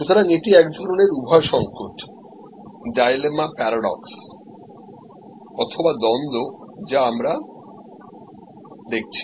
সুতরাং এটা এক ধরনের উভয় সংকট dilemma paradox অথবা দ্বন্দ্ব যা আমরা দেখছি